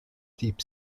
deep